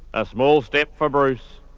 a small step for bruce,